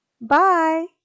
Bye